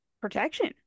protection